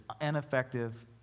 ineffective